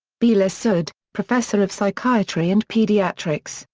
bela sood, professor of psychiatry and pediatrics,